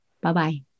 Bye-bye